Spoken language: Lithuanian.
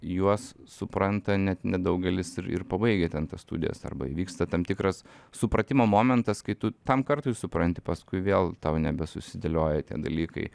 juos supranta net nedaugelis ir ir pabaigę ten tas studijas arba įvyksta tam tikras supratimo momentas kai tu tam kartui supranti paskui vėl tau nebesusidėlioja tie dalykai